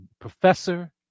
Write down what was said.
professor